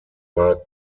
war